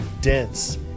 dense